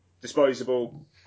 Disposable